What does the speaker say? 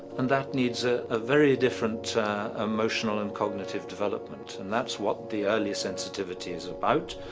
and that needs a ah very different emotional and cognitive development. and that's what the early sensitivity is about.